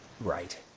Right